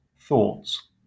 thoughts